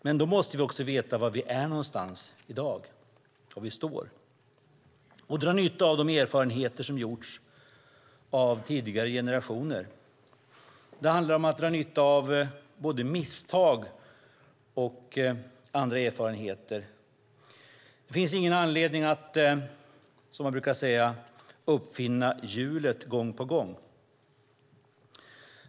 Men då måste vi också veta var vi är någonstans i dag och dra nytta av de erfarenheter som gjorts av tidigare generationer. Det handlar om att dra nytta av både misstag och andra erfarenheter. Det finns ingen anledning att, som man brukar säga, uppfinna hjulet gång på gång.